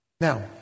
Now